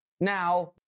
Now